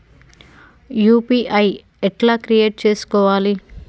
UPI ఎట్లా create చేసుకోవాలి?